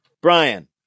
Brian